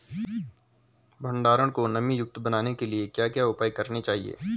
भंडारण को नमी युक्त बनाने के लिए क्या क्या उपाय करने चाहिए?